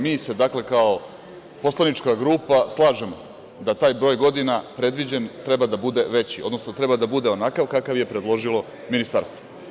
Mi se, dakle, kao poslanička grupa slažemo da taj broj godina predviđen treba da bude veći, odnosno treba da bude onakav kakav je predložilo Ministarstvo.